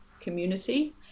community